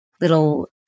little